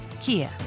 Kia